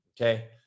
Okay